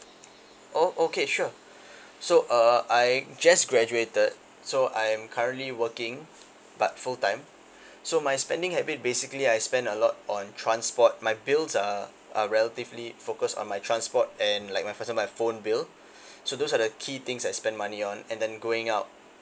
oh okay sure so uh I just graduated so I'm currently working but full time so my spending habit basically I spend a lot on transport my bills are are relatively focused on my transport and like for example my phone bill so those are the key things I spend money on and then going out